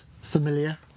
familiar